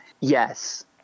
Yes